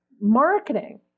Marketing